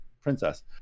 princess